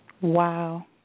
Wow